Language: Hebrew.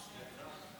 אדוני היושב-ראש,